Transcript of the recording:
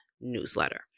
newsletter